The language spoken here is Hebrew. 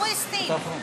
תודה רבה.